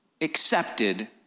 accepted